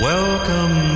Welcome